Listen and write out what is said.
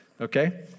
Okay